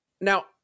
now